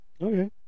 okay